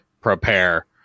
Prepare